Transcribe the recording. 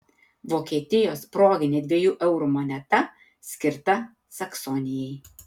vokietijos proginė dviejų eurų moneta skirta saksonijai